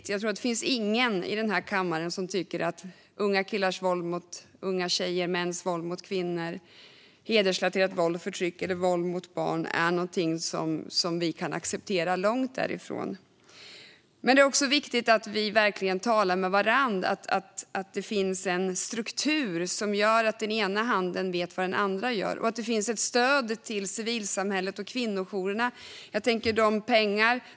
Jag tror inte att det finns någon i den här kammaren som tycker att unga killars våld mot unga tjejer, mäns våld mot kvinnor, hedersrelaterat våld och förtryck eller våld mot barn är någonting som vi kan acceptera - långt därifrån. Det är också viktigt att vi verkligen talar med varandra, att det finns en struktur som gör att den ena handen vet vad den andra gör och att det finns ett stöd till civilsamhället och kvinnojourerna.